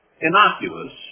innocuous